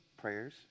prayers